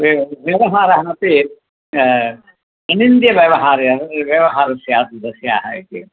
व्य व्यवहारः अपि ह अनिन्द्यव्यवहारः व्यवहारः स्यात् तस्याः इति